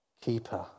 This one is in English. keeper